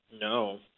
no